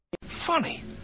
Funny